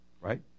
right